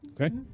Okay